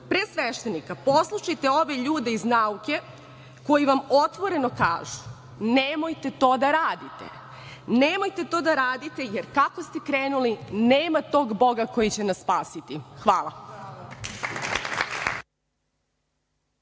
pre sveštenika poslušajte ove ljude iz nauke koji vam otvoreno kažu – nemojte to da radite, nemojte to da radite, jer kako ste krenuli nema tog Boga koji će nas spasiti. Hvala.